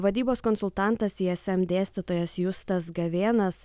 vadybos konsultantas i es em dėstytojas justas gavėnas